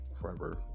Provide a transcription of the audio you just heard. forever